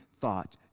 thought